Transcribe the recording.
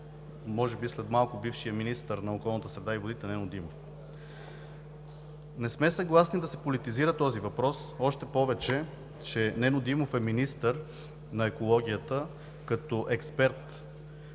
може би след малко, на бившия министър на околната среда и водите Нено Димов. Не сме съгласни да се политизира този въпрос, още повече че Нено Димов е министър на екологията като експерт.